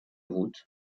route